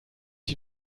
die